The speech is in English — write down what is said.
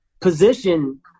position